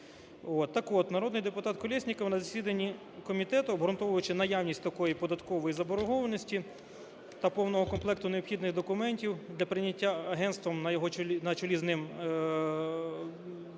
Так от народний депутат Колєсніков на засіданні комітету, обґрунтовуючи наявність такої податкової заборгованості та повного комплекту необхідних документів для прийняття агентством на його чолі…